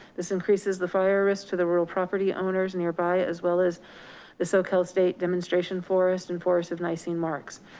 this increases the fire risk to the rural property owners nearby as well as the soquel state demonstration forest and forest of nisene marks.